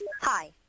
Hi